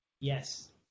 Yes